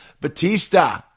Batista